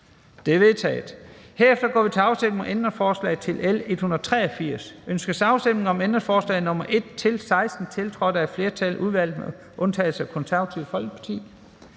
Det er vedtaget. Herefter går vi til afstemning om ændringsforslag til L 183: Ønskes afstemning om ændringsforslag nr. 1-16, tiltrådt af et flertal (udvalget med undtagelse af Det Konservative Folkeparti)?